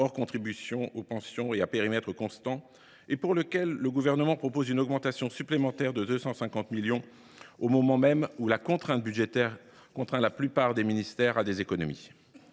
hors contribution aux pensions et à périmètre constant, et pour lequel le Gouvernement propose une augmentation supplémentaire de 250 millions d’euros, au moment même où la situation budgétaire contraint la plupart des ministères à des économies.